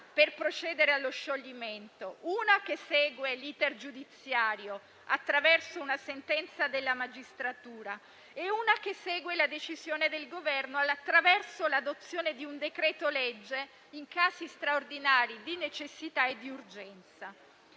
per procedere allo scioglimento: una segue l'*iter* giudiziario, attraverso una sentenza della magistratura, e l'altra segue la decisione del Governo, attraverso l'adozione di un decreto-legge, in casi straordinari di necessità e urgenza.